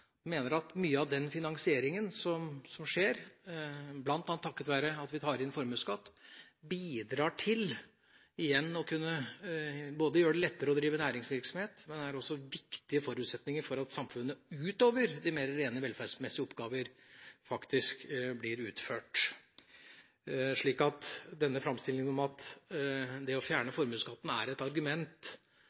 mener at mye av den finansieringen som skjer, bl.a. takket være at vi tar inn formuesskatt, igjen bidrar til å gjøre det lettere å drive næringsvirksomhet, men er også en viktig forutsetning for at samfunnets rent velferdsmessige oppgaver faktisk blir utført. Så denne framstillingen om at det å fjerne formuesskatten er et argument